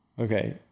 Okay